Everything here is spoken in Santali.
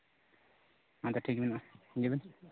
ᱦᱮᱸᱛᱚ ᱴᱷᱤᱠ ᱢᱮᱱᱟᱜᱼᱟ ᱦᱤᱡᱩᱜ ᱵᱮᱱ